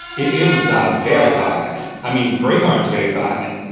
it was ah very violent. i mean, braveheart is very violent.